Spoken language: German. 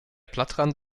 blattrand